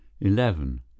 Eleven